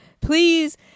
Please